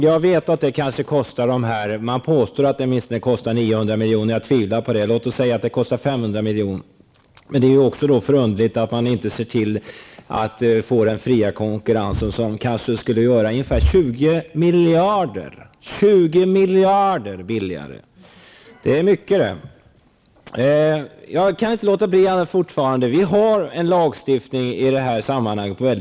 Fru talman! Jag vet att det kostar pengar. Man påstår att det skall kosta 900 milj.kr. Jag tvivlar på det. Låt oss säga att det kostar 500 milj.kr. Men det är förunderligt att man inte släpper fram den fria konkurrensen, som kanske skulle göra att det hela blir 20 miljarder kronor billigare. Det är mycket pengar. Jag kan fortfarande inte lämna ämnet. Det finns en lagstiftning i det här sammanhanget.